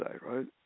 right